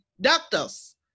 doctors